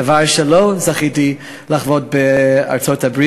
דבר שלא זכיתי לחוות בארצות-הברית,